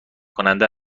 کننده